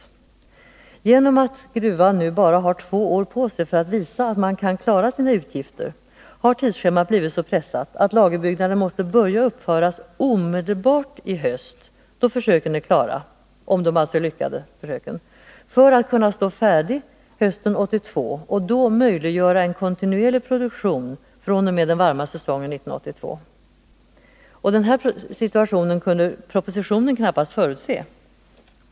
På grund av att gruvan nu bara har två år på sig för att visa att man kan klara sina utgifter har tidsschemat blivit så pressat, att lagerbyggnaden måste börja uppföras omedelbart i höst då försöken är klara — om nu dessa lyckas — för att kunna stå färdig hösten 1982 och då möjliggöra en kontinuerlig produktion fr.o.m. den varma säsongen 1982. Denna situation kunde knappast förutses när propositionen skrevs.